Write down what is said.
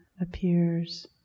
appears